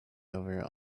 over